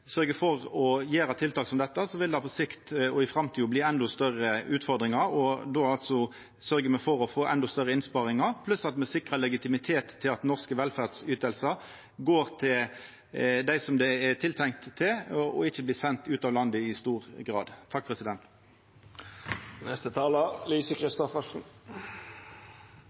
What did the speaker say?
for å gjera tiltak som dette, vil det på sikt og i framtida bli endå større utfordringar. Då sørgjer me altså for å få endå større innsparingar, pluss at me sikrar legitimitet til at norske velferdsytingar går til dei som dei er tiltenkte, og ikkje blir sende ut av landet i stor grad.